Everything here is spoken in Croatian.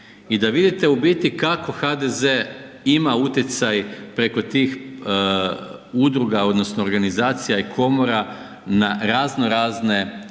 I da vidite u biti kako HDZ ima utjecaj preko tih udruga odnosno organizacija i komora na razno razne,